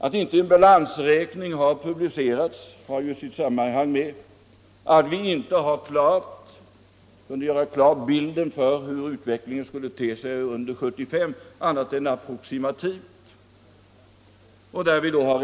Att det inte har publicerats någon balansräkning hänger samman med att vi inte har kunnat annat än approximativt bedöma hur utvecklingen skulle te sig under 1975.